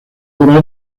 obra